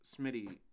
Smitty